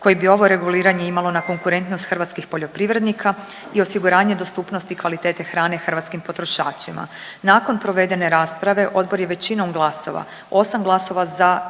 koje bi ovo reguliranje imalo na konkurentnost hrvatskih poljoprivrednika i osiguranje dostupnosti kvalitete hrane hrvatskim potrošačima. Nakon provedene rasprave odbor je većinom glasova, 8 glasova za i 1 jedan